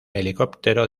helicóptero